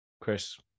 Chris